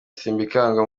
simbikangwa